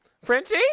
Frenchie